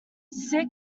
six